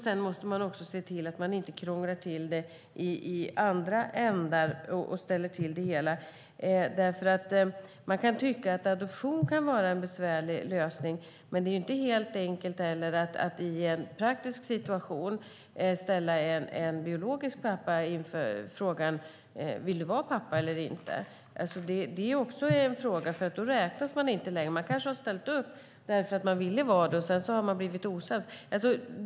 Sedan måste man också se till att man inte krånglar till det i andra ändar och ställer till det hela. Man kan tycka att adoption kan vara en besvärlig lösning, men det är inte helt enkelt heller att i en praktisk situation ställa en biologisk pappa inför frågan: Vill du vara pappa eller inte? Det kan vara en svår fråga att ta ställning till, för svarar man nej räknas man inte längre. Man kanske har ställt upp därför att man ville vara förälder, och sedan har parterna blivit osams.